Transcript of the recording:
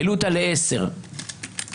העלו אותה ל-10 שנים.